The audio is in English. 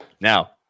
Now